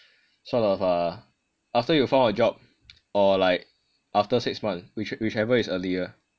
sort of ah after you found a job or like after six month which whichever is earlier